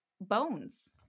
bones